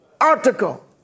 article